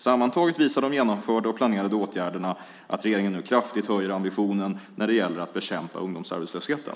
Sammantaget visar de genomförda och planerade åtgärderna att regeringen nu kraftigt höjer ambitionen när det gäller att bekämpa ungdomsarbetslösheten.